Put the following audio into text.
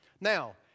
Now